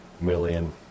million